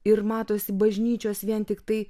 ir matosi bažnyčios vien tiktai